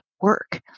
work